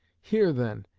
here, then,